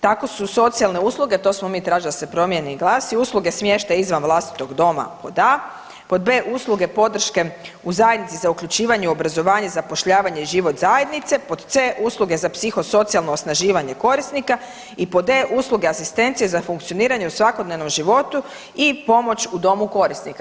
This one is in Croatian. Tako su socijalne usluge, to smo mi tražili da se promijeni i glasi, usluge smještaja izvan vlastitog doma, pod a, pod b, usluge podrške u zajednici za uključivanje, obrazovanje, zapošljavanje i život zajednice, pod c, usluge za psihosocijalno osnaživanje korisnika i pod e, usluge asistencije za funkcioniranje u svakodnevnom životu i pomoć u domu korisnika.